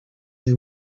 they